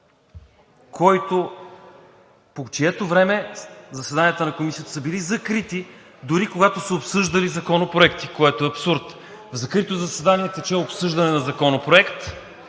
по чието време заседанията на Комисията са били закрити дори когато са обсъждали законопроекти, което е абсурд. В закритото заседание тече обсъждане на Законопроект,